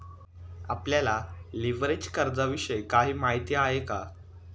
आपल्याला लिव्हरेज कर्जाविषयी काही माहिती आहे का?